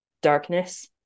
darkness